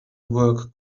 work